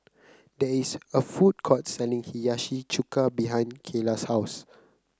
there is a food court selling Hiyashi Chuka behind Kaela's house